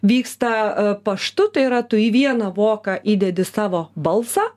vyksta paštu tai yra tu į vieną voką įdedi savo balsą